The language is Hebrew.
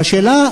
והשאלה,